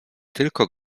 tylko